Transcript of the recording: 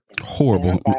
Horrible